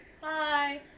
Hi